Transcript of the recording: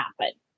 happen